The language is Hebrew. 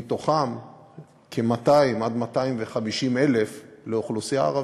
מהן 200,000 250,000 לאוכלוסייה הערבית.